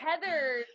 Heather